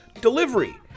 delivery